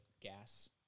gas